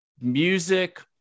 music